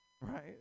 Right